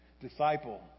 disciple